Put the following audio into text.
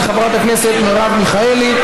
של חברת הכנסת מרב מיכאלי.